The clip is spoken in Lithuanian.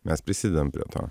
mes prisidedam prie to